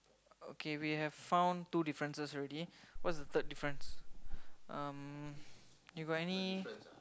okay we have found two differences already what's the third difference um you got any